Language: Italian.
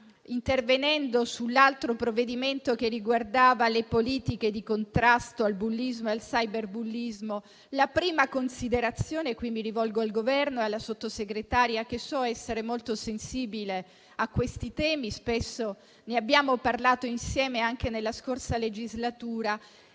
intervenendo sull'altro provvedimento che riguardava le politiche di contrasto al bullismo e al cyberbullismo. Mi rivolgo al Governo e alla Sottosegretaria, che so essere molto sensibile su questi temi; spesso ne abbiamo parlato insieme, anche nella scorsa legislatura.